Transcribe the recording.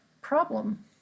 problem